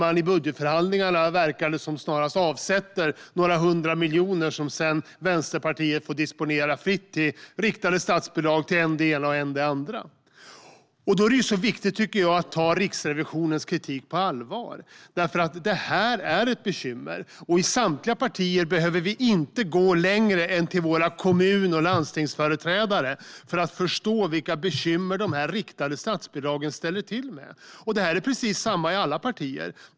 I budgetförhandlingarna verkar man avsätta några hundra miljoner, som sedan Vänsterpartiet får disponera fritt i riktade statsbidrag till än det ena, än det andra. Det är viktigt att ta Riksrevisionens kritik på allvar. Detta är ett bekymmer. I samtliga partier behöver vi inte gå längre än till våra kommun och landstingsföreträdare för att förstå vilka bekymmer de riktade statsbidragen ställer till med. Det är precis samma i alla partier.